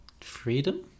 freedom